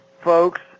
folks